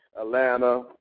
Atlanta